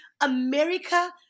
America